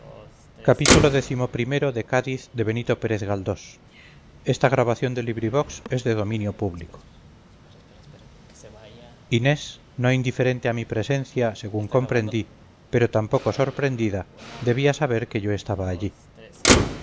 no indiferente a mi presencia según comprendí pero tampoco sorprendida debía saber que yo estaba allí